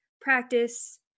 Practice